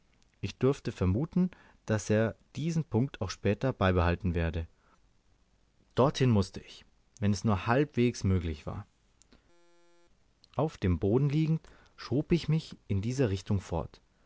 ich durfte vermuten daß er diesen punkt auch später beibehalten werde dorthin mußte ich wenn es nur halbwegs möglich war auf dem boden liegend schob ich mich in dieser richtung fort